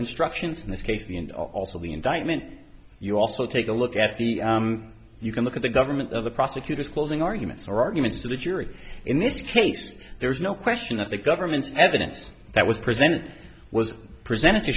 instructions in this case the and also the indictment you also take a look at the you can look at the government of the prosecutor's closing arguments or arguments to the jury in this case there's no question that the government's evidence that was present was presented to